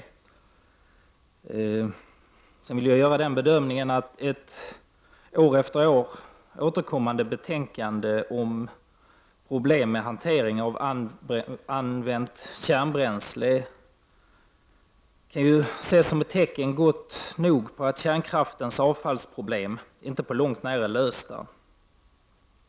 Sedan vill jag göra den bedömningen att ett år efter år återkommande betänkande om problem med hanteringen av det använda kärnbränslet är ett tecken gott nog på att kärnkraftens avfallsproblem inte på långt när är lösta.